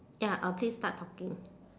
ya uh please start talking